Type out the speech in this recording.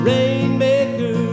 Rainmaker